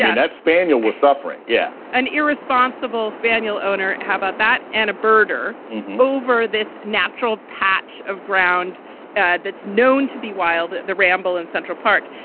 yeah that spaniel was suffering. yeah an irresponsible spaniel owner. how about that? and a birder mover. this natural patch of ground and that's known to be wild. the ramble in central park.